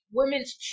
women's